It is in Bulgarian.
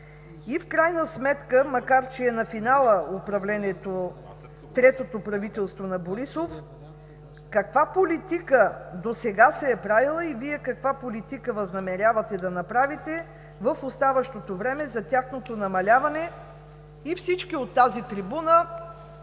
И в крайна сметка, макар че е на финала управлението – третото правителство на Борисов, каква политика досега се е правила и Вие каква политика възнамерявате да направите в оставащото време за тяхното намаляване? Всички от тази трибуна